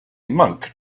monk